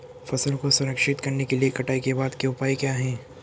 फसल को संरक्षित करने के लिए कटाई के बाद के उपाय क्या हैं?